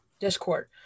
Discord